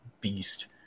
beast